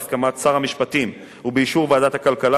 בהסכמת שר המשפטים ובאישור ועדת הכלכלה,